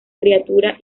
criatura